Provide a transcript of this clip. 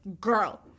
girl